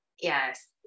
Yes